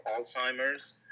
Alzheimer's